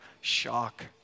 shock